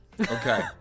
Okay